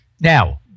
Now